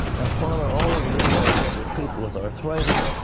father, all over this audience there are people with arthritis,